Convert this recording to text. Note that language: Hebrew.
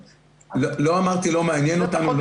לא אמרתי שלא מעניין אותנו.